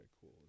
cool